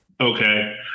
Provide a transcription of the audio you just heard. okay